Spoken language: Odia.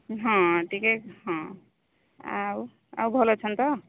ହଁ ଟିକେ ହଁ ଆଉ ଆଉ ଭଲ୍ ଅଛନ୍ତି ତ